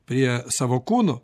prie savo kūno